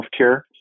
healthcare